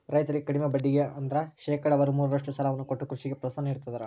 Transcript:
ರೈತರಿಗೆ ಕಡಿಮೆ ಬಡ್ಡಿಗೆ ಅಂದ್ರ ಶೇಕಡಾವಾರು ಮೂರರಷ್ಟು ಸಾಲವನ್ನ ಕೊಟ್ಟು ಕೃಷಿಗೆ ಪ್ರೋತ್ಸಾಹ ನೀಡ್ತದರ